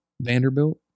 Vanderbilt